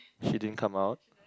she didn't come out